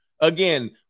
again